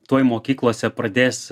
tuoj mokyklose pradės